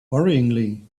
worryingly